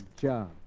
job